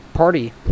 party